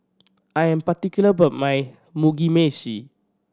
I am particular about my Mugi Meshi